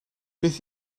beth